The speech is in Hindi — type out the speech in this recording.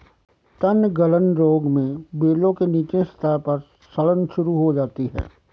तनगलन रोग में बेलों के निचले सतह पर सड़न शुरू हो जाती है